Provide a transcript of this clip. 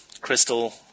Crystal